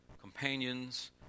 companions